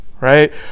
right